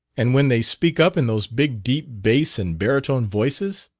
and when they speak up in those big deep bass and baritone voices!